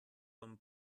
von